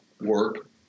work